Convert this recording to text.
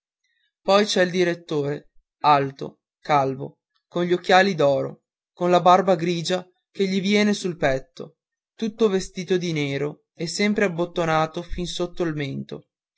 poi c'è il direttore alto calvo con gli occhiali d'oro con la barba grigia che gli vien sul petto tutto vestito di nero e sempre abbottonato fin sotto il mento